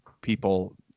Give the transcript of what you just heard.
people